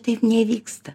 taip nevyksta